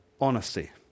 honesty